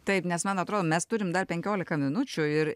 taip nes man atrodo mes turim dar penkiolika minučių ir